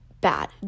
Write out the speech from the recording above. bad